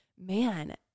man